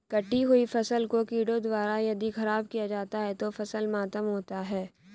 कटी हुयी फसल को कीड़ों द्वारा यदि ख़राब किया जाता है तो फसल मातम होता है